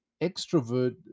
extrovert